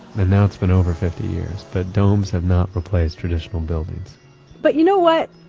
and now it's been over fifty years but domes have not replaced traditional buildings but you know what?